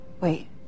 Wait